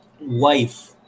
Wife